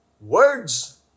words